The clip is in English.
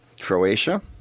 Croatia